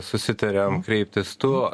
susitariam kreiptis tu